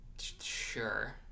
Sure